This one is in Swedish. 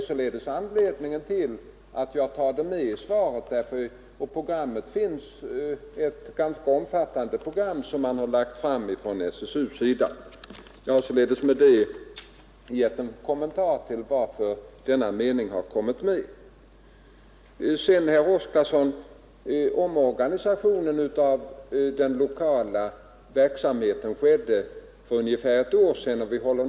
SSU har alltså lagt fram ett ganska omfattande program mot ungdomsarbetslösheten, och jag har med detta givit en kommentar till sista meningen i mitt svar. Omorganisationen av den lokala verksamheten inom AMS skedde för ungefär ett år sedan, herr Oskarson.